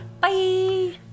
bye